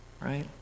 right